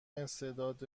استعداد